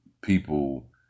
people